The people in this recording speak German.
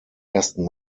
ersten